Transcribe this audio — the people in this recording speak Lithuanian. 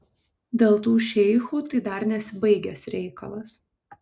dėl tų šeichų tai dar nesibaigęs reikalas